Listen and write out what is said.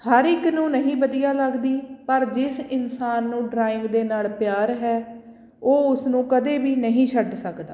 ਹਰ ਇੱਕ ਨੂੰ ਨਹੀਂ ਵਧੀਆ ਲੱਗਦੀ ਪਰ ਜਿਸ ਇਨਸਾਨ ਨੂੰ ਡਰਾਇੰਗ ਦੇ ਨਾਲ ਪਿਆਰ ਹੈ ਉਹ ਉਸਨੂੰ ਕਦੇ ਵੀ ਨਹੀਂ ਛੱਡ ਸਕਦਾ